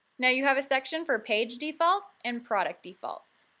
now you have a section for page defaults and product defaults.